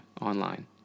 online